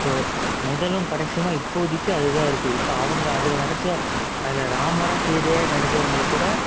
so முதலும் கடைசியுமாக இப்போதைக்கு அது தான் இருக்குது இப்போ அவங்க அதில் நடித்த அதில் ராமராக சீதையாக நடித்தவங்களுக்கு கூட